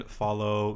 follow